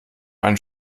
einen